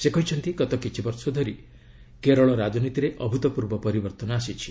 ସେ କହିଛନ୍ତି ଗତ କିଛିବର୍ଷ ଧରି କେରଳ ରାଜନୀତିରେ ଅଭୂତପୂର୍ବ ପରିବର୍ତ୍ତନ ଆସିଛି